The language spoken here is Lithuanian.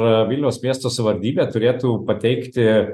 ir vilniaus miesto savivaldybė turėtų pateikti